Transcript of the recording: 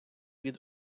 від